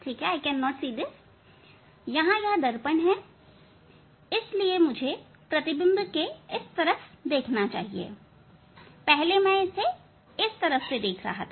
अब यहां यह दर्पण है इसलिए मुझे प्रतिबिंब इस तरफ से देखना चाहिए पहले मैं प्रतिबिंब को इस तरफ से देख रहा था